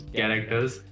characters